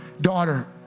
daughter